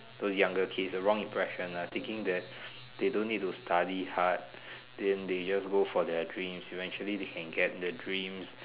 those younger kids the wrong impression ah thinking that they don't need to study hard then they just go for their dreams eventually they can get their dreams